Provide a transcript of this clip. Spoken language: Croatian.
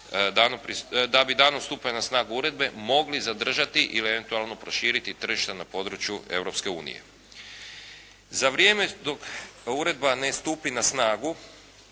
da bi danom stupanja na snagu uredbe mogli zadržati ili eventualno proširiti tržišta na području Europske unije. Za vrijeme dok uredba ne stupi na snagu